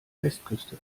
westküste